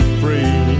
free